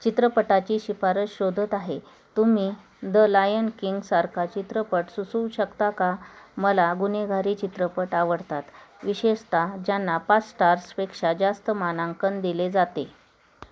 चित्रपटाची शिफारस शोधत आहे तुम्ही द लायन किंगसारखा चित्रपट सुचवू शकता का मला गुन्हेगारी चित्रपट आवडतात विशेषतः ज्यांना पाच स्टार्सपेक्षा जास्त मानांकन दिले जाते